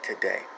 today